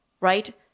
right